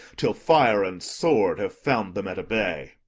till fire and sword have found them at a bay.